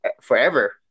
forever